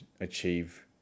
achieve